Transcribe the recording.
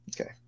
Okay